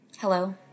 Hello